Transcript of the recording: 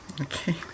Okay